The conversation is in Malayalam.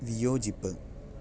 വിയോജിപ്പ്